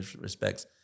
respects